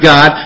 God